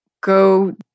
go